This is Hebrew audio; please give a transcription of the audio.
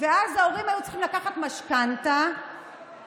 ואז ההורים היו צריכים לקחת משכנתה כדי,